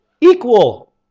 equal